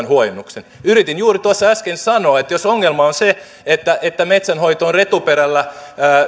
huojennuksen yritin juuri tuossa äsken sanoa että jos ongelma on se että metsänhoito on retuperällä